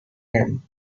him